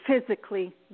physically